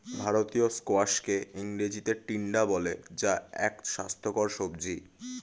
ভারতীয় স্কোয়াশকে ইংরেজিতে টিন্ডা বলে যা এক স্বাস্থ্যকর সবজি